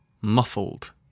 Muffled